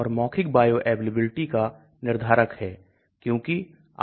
इसलिए घुलनशीलता और पारगम्यता एक दूसरे के विरोधी हैं और हम अगले कुछ व्याख्यान में इसे देखने जा रहे हैं